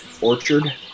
Orchard